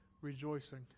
rejoicing